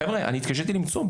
חבר'ה, אני התקשיתי למצוא.